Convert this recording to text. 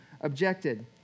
objected